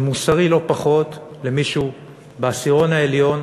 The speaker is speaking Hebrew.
זה מוסרי לא פחות למישהו בעשירון העליון,